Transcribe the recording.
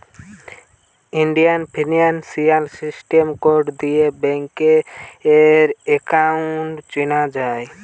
Indian financial system code দিয়ে ব্যাংকার account চেনা যায়